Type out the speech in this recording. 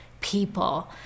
people